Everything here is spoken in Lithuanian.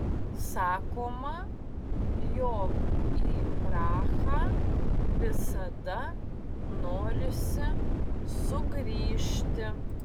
sakoma jog į prahą visada norisi sugrįžti